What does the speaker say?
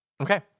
Okay